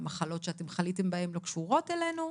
המחלות שאתם חליתם בהן לא קשורות אלינו,